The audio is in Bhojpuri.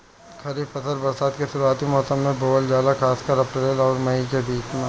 खरीफ फसल बरसात के शुरूआती मौसम में बोवल जाला खासकर अप्रैल आउर मई के बीच में